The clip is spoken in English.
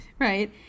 right